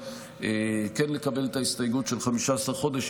כן לקבל את ההסתייגות של 15 חודשים.